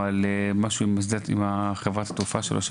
או עם חברת התעופה שלו,